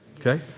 Okay